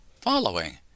following